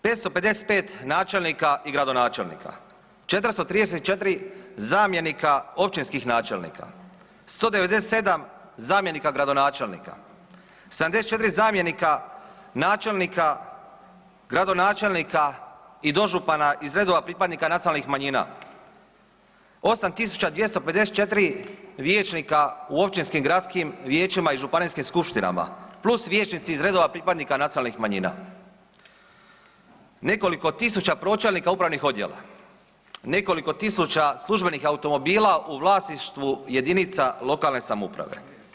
555 načelnika i gradonačelnika, 434 zamjenika općinskih načelnika, 197 zamjenika gradonačelnika, 74 zamjenika načelnika, gradonačelnika i dožupana iz redova pripadnika nacionalnih manjina, 8254 vijećnika u općinskim i gradskim vijećima i županijskim skupštinama + vijećnici iz redova pripadnika nacionalnih manjina, nekoliko tisuća pročelnika upravnih odjela, nekoliko tisuća službenih automobila u vlasništvu JLS-ova.